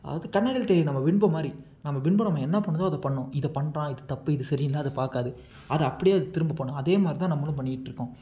அதாவது கண்ணாடியில் தெரிகிற நம்ம பிம்பம் மாதிரி நம்ம பிம்பம் நம்ம என்ன பண்ணுதோ அதை பண்ணணும் இதை பண்ணுறான் இது தப்பு இது சரின்னுலாம் அது பார்க்காது அதை அப்படியே அதை திரும்ப பண்ணும் அதேமாதிரிதான் நம்மளும் பண்ணிகிட்டு இருக்கோம்